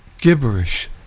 gibberish